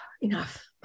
enough